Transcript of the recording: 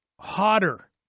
hotter